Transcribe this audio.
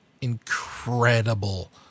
incredible